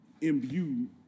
imbue